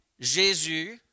Jésus